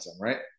right